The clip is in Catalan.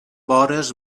vores